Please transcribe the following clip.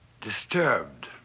disturbed